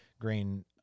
grain